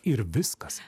ir viskas